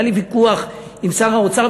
היה לי ויכוח עם שר האוצר,